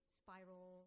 spiral